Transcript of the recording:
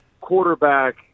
quarterback